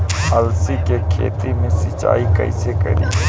अलसी के खेती मे सिचाई कइसे करी?